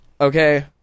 Okay